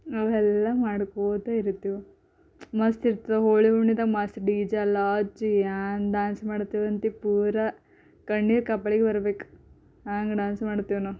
ಅವೆಲ್ಲ ಮಾಡ್ಕೋತ ಇರ್ತೀವಿ ಮಸ್ತ ಇರ್ತವು ಹೋಳಿ ಹುಣ್ಮಿದಾಗ ಮಸ್ತ ಡಿ ಜೆ ಎಲ್ಲ ಹಚ್ಚಿ ಹೆಂಗ ಡ್ಯಾನ್ಸ್ ಮಾಡ್ತೀವಿ ಅಂತ ಪೂರಾ ಕಣ್ಣಿಗೆ ಕಪ್ಪಳಿಗೆ ಬರಬೇಕು ಹಂಗೆ ಡ್ಯಾನ್ಸ್ ಮಾಡ್ತೀವಿ ನಾವು